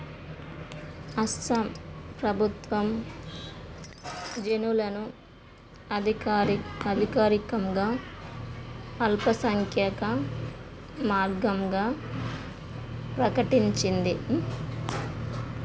అస్సాం ప్రభుత్వం జనులను అధికారిక అధికారికంగా అల్ప సంఖ్యాక మార్గంగా ప్రకటించింది